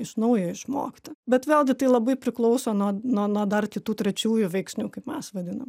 iš naujo išmokti bet vėlgi tai labai priklauso nuo nuo nuo dar kitų trečiųjų veiksnių kaip mes vadinam